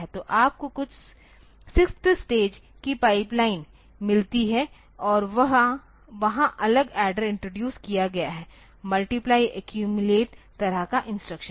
तो आपको कुछ सिक्स्थ स्टेज की पाइपलाइन मिलती है और वहा अलग एड्डर इंट्रोडूस किया गया है मल्टीप्लय एक्यूमिलेट तरह का इंस्ट्रक्शन